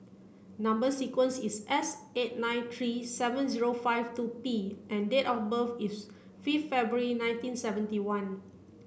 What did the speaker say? number sequence is S eight nine three seven zero five two P and date of birth is fifth February nineteen seventy one